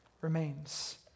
remains